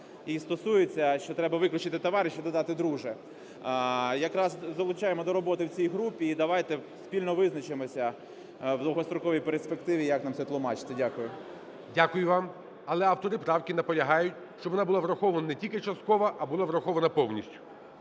і стосується, що треба виключити "товариш" і додати "друже". Якраз залучаємо до роботи в цій групі і давайте спільно визначимося в довгостроковій перспективі як нам це тлумачити. Дякую. ГОЛОВУЮЧИЙ. Дякую вам. Але автори правки наполягають, щоб вона була врахована не тільки частково, а була врахована повністю.